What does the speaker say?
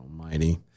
almighty